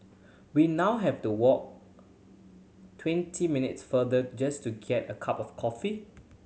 we now have to walk twenty minutes farther just to get a cup of coffee